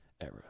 era